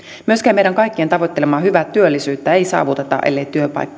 myöskään meidän kaikkien tavoittelemaa hyvää työllisyyttä ei saavuteta ellei